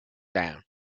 down